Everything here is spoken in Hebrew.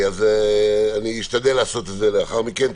אז אני אשתדל לעשות את זה לאחר מכן.